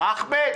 הפנויות.